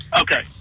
okay